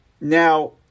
Now